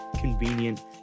convenient